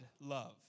love